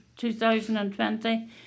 2020